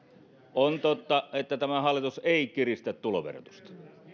on totta että tämä hallitus ei kiristä tuloverotusta